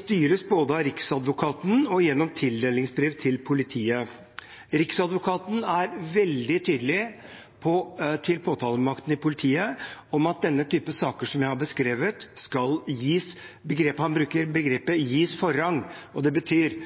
styres både av Riksadvokaten og gjennom tildelingsbrev til politiet. Riksadvokaten er veldig tydelig til påtalemakten i politiet om at denne typen saker som jeg har beskrevet, skal gis forrang – det er begrepet man bruker,